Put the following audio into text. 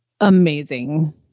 amazing